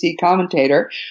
commentator